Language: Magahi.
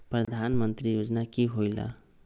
प्रधान मंत्री योजना कि होईला?